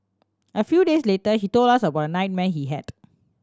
a few days later he told us about a nightmare he had